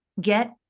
get